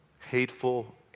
hateful